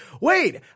wait